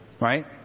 Right